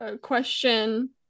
question